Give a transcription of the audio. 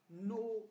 no